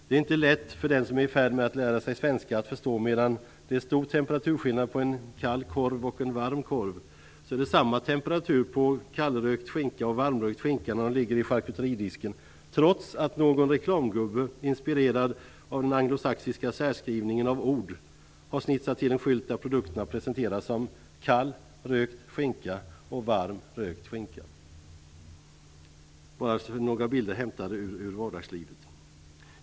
Det är inte lätt för den som är i färd med att lära sig svenska att förstå att medan det är stor temperaturskillnad mellan en kall korv och en varm korv är det samma temperatur på kallrökt skinka och varmrökt skinka när de ligger i charkuteridisken, trots att någon reklamgubbe, inspirerad av den anglosaxiska särskrivningen av ord, har snitsat till en skylt där produkterna presenteras som kall rökt skinka och varm rökt skinka. Detta var några bilder hämtade ur vardagslivet.